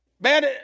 Man